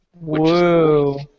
Whoa